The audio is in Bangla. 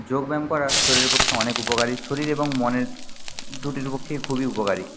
যোগ ব্যায়াম করা শরীরের পক্ষে অনেক উপকারী শরীর এবং মনের দুটির পক্ষেই খুবই উপকারী